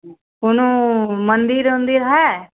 कोई मन्दिर उन्दिर है